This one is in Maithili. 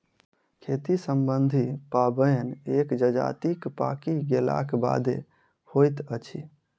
खेती सम्बन्धी पाबैन एक जजातिक पाकि गेलाक बादे होइत अछि